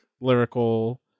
lyrical